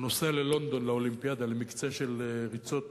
הוא נוסע ללונדון לאולימפיאדה למקצה של ריצות